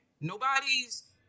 Nobody's